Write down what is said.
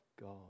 God